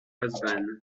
husband